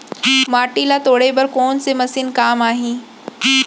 माटी ल तोड़े बर कोन से मशीन काम आही?